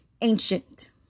Ancient